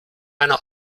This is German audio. einer